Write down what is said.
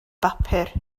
bapur